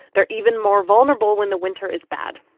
they're even more vulnerable when the winter is bad.